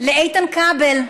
לאיתן כבל,